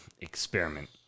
experiment